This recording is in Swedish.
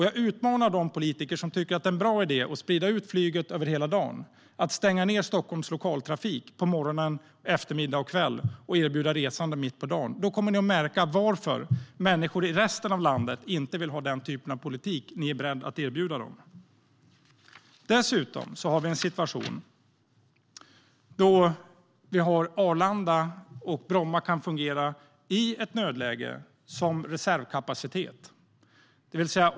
Jag utmanar de politiker som tycker att det är en bra idé att sprida ut flyget över hela dagen att stänga ned Stockholms lokaltrafik på morgonen, på eftermiddagen och på kvällen och erbjuda resande mitt på dagen. Då kommer ni att märka varför människor i resten av landet inte vill ha den typen av politik ni är beredda att erbjuda dem. Bromma kan dessutom fungera som reservkapacitet i ett nödläge.